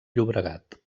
llobregat